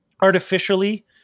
artificially